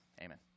Amen